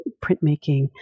printmaking